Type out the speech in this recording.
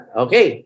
okay